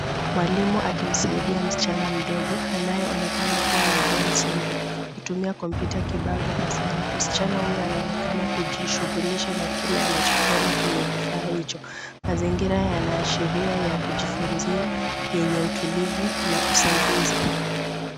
Mwalimu akimsaidia msichana mdogo anayeonekana kua na Down Syndrome kutumia kompyuta kibao darasani. Msichana huyo anaonekana kujishughulisha na kile anacho kiona kwenye kifaa hicho. Mazingira yanaashiria ya kujifunzia yenye utulivu na usaidizi.